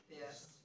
Yes